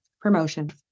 promotions